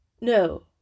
No